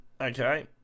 Okay